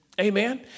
Amen